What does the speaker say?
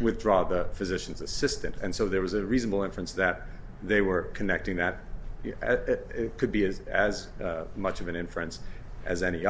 withdraw the physician's assistant and so there was a reasonable inference that they were connecting that it could be as as much of an inference as any